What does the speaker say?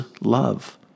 love